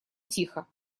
тихо